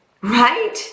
Right